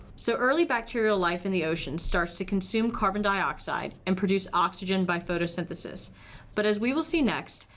so, early bacterial life in the ocean starts to consume carbon dioxide and produce oxygen by photosynthesis but, as we will see next,